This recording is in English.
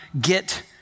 get